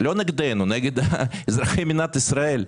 לא נגדנו אלא נגד אזרחי מדינת ישראל.